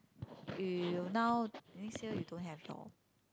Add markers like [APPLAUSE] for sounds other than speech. [NOISE] you now this year you don't have your